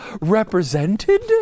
represented